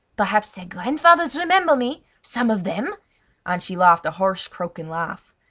perhaps their grandfathers remember me, some of them and she laughed a harsh, croaking laugh.